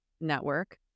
network